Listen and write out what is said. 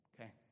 okay